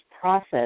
process